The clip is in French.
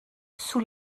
sous